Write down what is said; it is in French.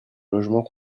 logements